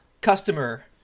customer